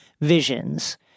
visions